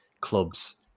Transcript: clubs